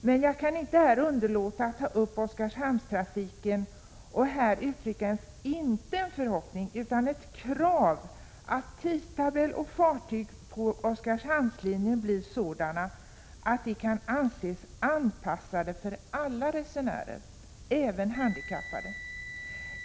Men jag kan här inte underlåta att ta upp Oskarshamnstrafiken och uttrycka, inte en förhoppning utan ett krav på att tidtabell och fartyg på Oskarshamnslinjen blir sådana att de kan anses anpassade för alla resenärer, även handikappade.